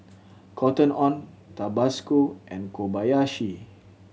Cotton On Tabasco and Kobayashi